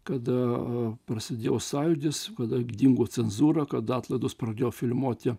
kada prasidėjo sąjūdis kada dingo cenzūra kad atlaidus pradėjo filmuoti